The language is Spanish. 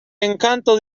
encanto